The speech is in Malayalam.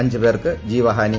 അഞ്ച് പേർക്ക് ജീവഹാനി